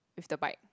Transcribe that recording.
with the bike